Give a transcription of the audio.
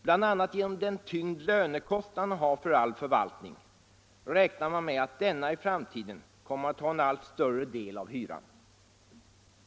Bl.a. genom den tyngd lönekostnaderna har för all förvaltning räknar man med att denna i framtiden kommer att ta en allt större del av hyran.